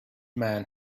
man